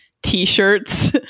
t-shirts